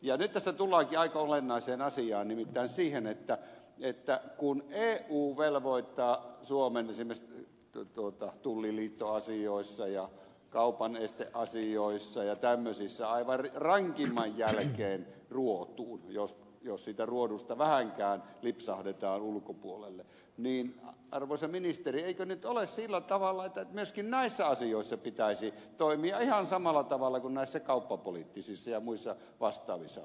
nyt tässä tullaankin aika olennaiseen asiaan nimittäin siihen että kun eu velvoittaa suomen esimerkiksi tulliliittoasioissa ja kaupanesteasioissa ja tämmöisissä aivan rankimman jälkeen ruotuun jos siitä ruodusta vähänkään lipsahdetaan ulkopuolelle niin arvoisa ministeri eikö nyt ole sillä tavalla että myöskin näissä asioissa pitäisi toimia ihan samalla tavalla kuin näissä kauppapoliittisissa ja muissa vastaavissa asioissa